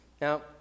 Now